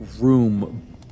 room